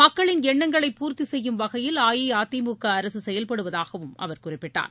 மக்களின் எண்ணங்களை பூர்த்தி செய்யும் வகையில் அஇஅதிமுக அரசு செயல்படுவதாகவும் அவர் குறிப்பிட்டார்